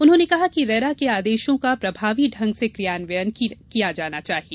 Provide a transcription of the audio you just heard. उन्होंने कहा कि रेरा के आदेशों का प्रभावी ढंग से क्रियान्वयन किया जाना चाहिए